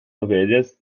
ovelhas